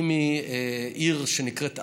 היא מעיר שנקראת וודנה,